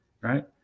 right